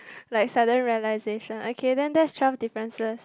like sudden realization okay then that's twelve differences